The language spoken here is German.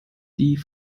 die